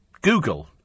Google